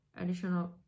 additional